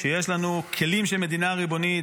כשיש לנו כלים של מדינה ריבונית,